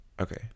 okay